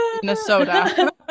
Minnesota